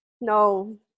No